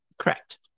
correct